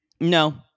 no